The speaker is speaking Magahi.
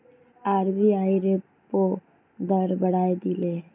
आर.बी.आई रेपो दर बढ़ाए दिले